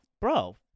bro